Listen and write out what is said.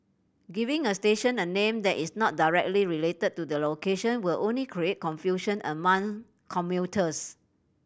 giving a station a name that is not directly related to the location will only create confusion among commuters